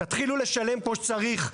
תתחילו לשלם כמו שצריך,